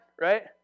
right